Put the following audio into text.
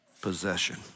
possession